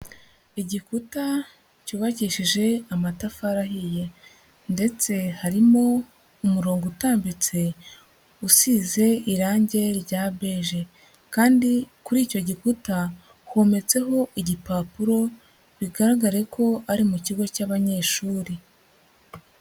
Igikuta cyubakishije amatafari ahiye ndetse harimo umurongo utambitse, usize irange rya beje kandi kuri icyo gikuta hometseho igipapuro bigaragare ko ari mu kigo cy'abanyeshuri.